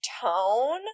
tone